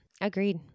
Agreed